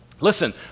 Listen